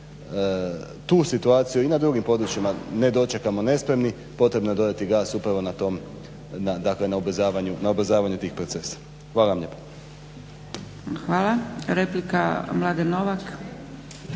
tu situaciju i na drugim područjima ne dočekamo nespremni potrebno je dodati gas upravo na tom, na ubrzavanju tih procesa. Hvala vam lijepa. **Zgrebec, Dragica